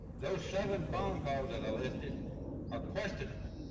those seven phone calls that are listed are questionable.